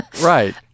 Right